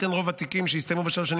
שכן רוב התיקים שהסתיימו בשלוש השנים